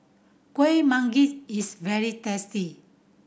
Kuih Manggis is very tasty